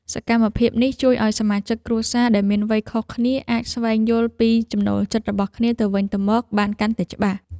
សកម្មភាពនេះជួយឱ្យសមាជិកគ្រួសារដែលមានវ័យខុសគ្នាអាចស្វែងយល់ពីចំណូលចិត្តរបស់គ្នាទៅវិញទៅមកបានកាន់តែច្បាស់។